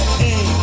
hey